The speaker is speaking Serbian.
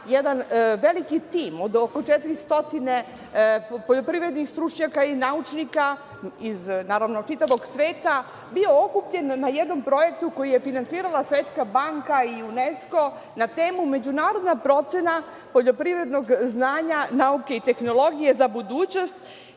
jedan veliki tim od oko četiri stotine poljoprivrednih stručnjaka i naučnika iz naravno čitavog sveta bio okupljen na jednom projektu koji je finansirala Svetska banka i UNESKO na temu Međunarodna procena poljoprivrednog znanja nauke i tehnologije za budućnost,